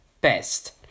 best